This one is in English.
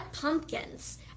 pumpkins